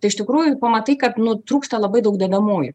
tai iš tikrųjų pamatai kad nu trūksta labai daug dedamųjų